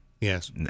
Yes